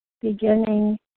beginning